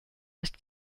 ist